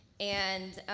and,